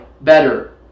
better